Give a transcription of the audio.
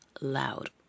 loud